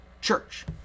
church